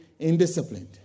indisciplined